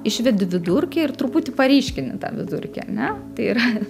išvedi vidurkį ir truputį paryškini tą vidurkį ar ne tai yra